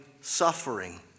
suffering